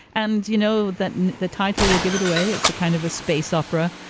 and you know that and the title will give it away. it's a kind of a space opera.